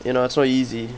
you know it's not easy